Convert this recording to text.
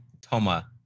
Toma